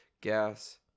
gas